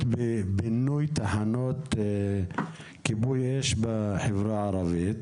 בבינוי תחנות כיבוי אש בחברה הערבית.